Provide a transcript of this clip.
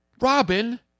Robin